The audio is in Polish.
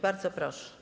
Bardzo proszę.